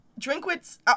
Drinkwitz